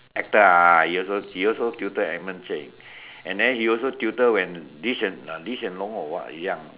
actor ah he also he tutor Edmund Cheng and then he also tutor when Lee-Hsien Lee-Hsien-Loong or what young